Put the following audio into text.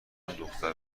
دختر